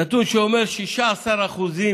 אני אחסוך